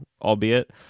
albeit